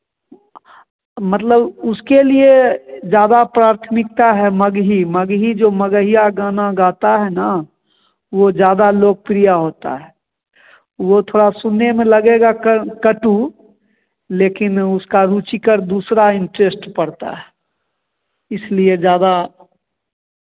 मतलब उसके लिए ज़्यादा प्राथमिकता है मगही मगही जो मगहिया गाना गाता है न वह ज़्यादा लोकप्रिय होता है वह थोड़ा सुनने में लगेगा क कटु लेकिन उसका रुचिकर दूसरा इंटरेस्ट पड़ता है इसलिए ज़्यादा